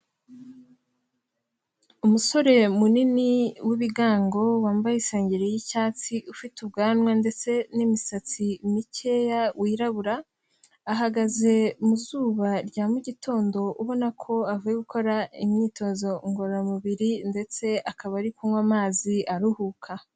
Umusore munini w'ibigango wambaye isengeri yi'cyatsi, ufite ubwanwa ndetse n'imisatsi mikeya wirabura, ahagaze mu zuba rya mu gitondo ubona ko avuye gukora imyitozo ngororamubiri ndetse akaba ari kunywa amazi aruhuka.